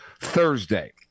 Thursday